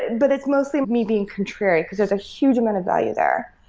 but it's mostly me being contrary, cause there's a huge amount of value there.